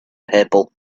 people